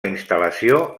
instal·lació